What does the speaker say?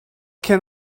can